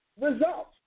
results